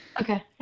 Okay